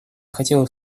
хотела